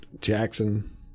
Jackson